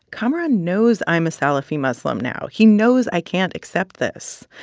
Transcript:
kamaran knows i'm a salafi muslim now. he knows i can't accept this.